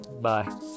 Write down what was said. bye